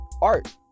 art